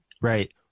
Right